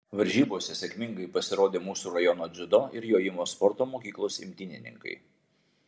varžybose sėkmingai pasirodė mūsų rajono dziudo ir jojimo sporto mokyklos imtynininkai